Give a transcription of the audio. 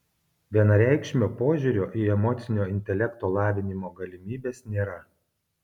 vienareikšmio požiūrio į emocinio intelekto lavinimo galimybes nėra